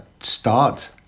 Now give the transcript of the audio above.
start